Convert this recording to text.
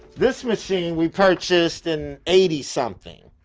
this machine, we purchased an eighty something,